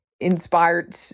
inspired